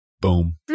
Boom